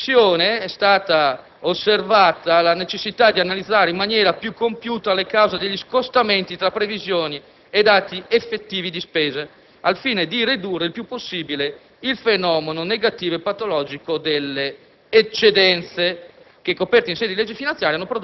In sede di Commissione è stata osservata la necessità di analizzare in maniera più compiuta le cause degli scostamenti tra previsioni e dati effettivi di spesa, al fine di ridurre il più possibile il fenomeno negativo e patologico delle eccedenze